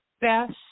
best